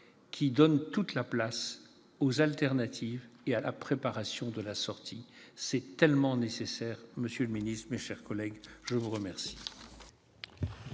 qui donne toute sa place aux alternatives et à la préparation de la sortie. C'est tellement nécessaire, monsieur le secrétaire d'État, mes chers collègues ! La parole